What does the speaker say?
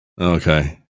Okay